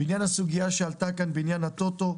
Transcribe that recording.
בעניין הסוגיה שעלתה כאן בעניין הטוטו,